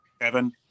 Kevin